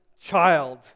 child